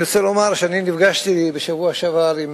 אני רוצה לומר שנפגשתי בשבוע שעבר עם